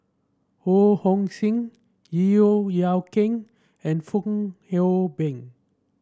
Ho Hong Sing Yeo Yeow Kwang and Fong Hoe Beng